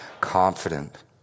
confident